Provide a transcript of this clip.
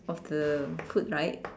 of the foot right